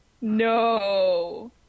No